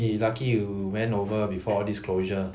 you lucky you went over before this closure